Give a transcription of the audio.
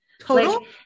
Total